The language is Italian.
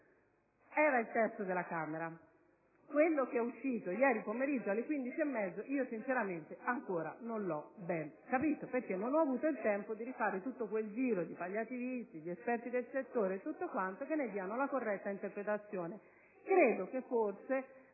era il testo della Camera. Quello che è uscito ieri pomeriggio alle ore 15,30 sinceramente non l'ho ancora ben capito, anche perché non ho avuto il tempo di rifare tutto quel giro di palliativisti e di esperti del settore che ne diano una corretta interpretazione.